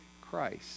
Christ